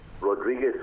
Rodriguez